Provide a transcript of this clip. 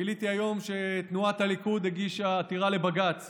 גיליתי היום שתנועת הליכוד הגישה עתירה לבג"ץ